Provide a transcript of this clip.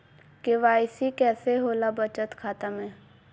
KYC कैसे होला बचत खाता में?